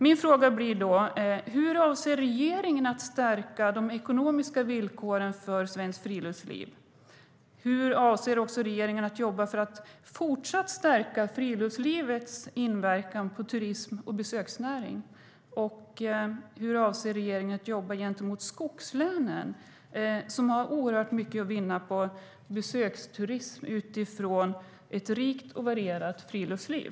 Min fråga blir då: Hur avser regeringen att stärka de ekonomiska villkoren för Svenskt Friluftsliv? Hur avser regeringen att jobba för att fortsatt stärka friluftslivets inverkan på turism och besöksnäring? Och hur avser regeringen att jobba gentemot skogslänen, som har oerhört mycket att vinna på besöksturism, utifrån ett rikt och varierat friluftsliv?